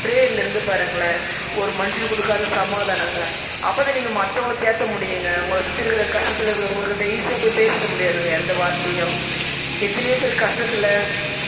ப்ரேயரில் இருந்து பாருங்களேன் ஒரு மனுஷனுக்கு கொடுக்காத சமாதானங்க அப்போ தான் நீங்கள் மற்றவங்கள தேற்ற முடியுங்க உங்களை சுற்றி இருக்கிற கஷ்டத்தில் இருக்கிறவங்கள்ட்ட ஈஸியாக போய் பேசிவிட முடியாதுங்க எந்த வார்த்தையும் எத்தனையோ பேர் கஷ்டத்தில்